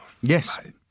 Yes